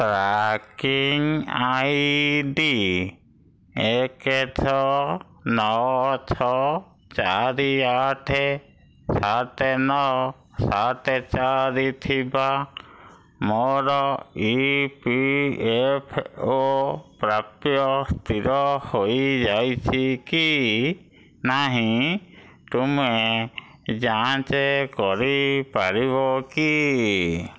tracking I D ଏକେ ଛଅ ନଅ ଛଅ ଚାରି ଆଠେ ସାତେ ନଅ ସାତେ ଚାରି ଥିବା ମୋର ଇ ପି ଏଫ୍ ଓ ପ୍ରାପ୍ୟ ସ୍ଥିର ହୋଇଯାଇଛି କି ନାହିଁ ତୁମେ ଯାଞ୍ଚ କରିପାରିବ କି